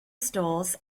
stores